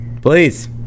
Please